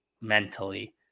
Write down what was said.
mentally